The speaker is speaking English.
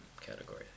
category